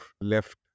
left